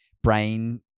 brain